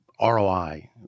ROI